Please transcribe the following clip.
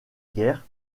guerre